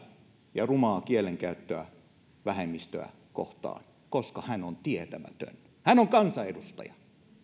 ja rumaa kielenkäyttöä vähemmistöä kohtaan koska hän on tietämätön hän on kansanedustaja